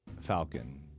Falcon